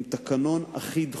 עם תקנון אחיד חובה,